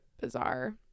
bizarre